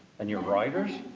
and you're writers.